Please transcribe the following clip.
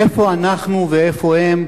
איפה אנחנו ואיפה הם,